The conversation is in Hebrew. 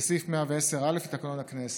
וסעיף 110(א) לתקנון הכנסת.